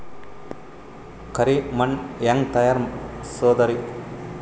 ಕರಿ ಮಣ್ ಹೆಂಗ್ ತಯಾರಸೋದರಿ?